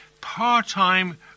part-time